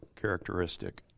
characteristic